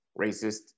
racist